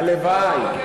הלוואי.